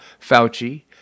Fauci